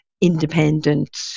independent